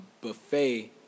buffet